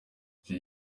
iki